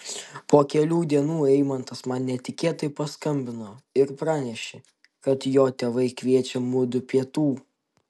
po kelių dienų eimantas man netikėtai paskambino ir pranešė kad jo tėvai kviečia mudu pietų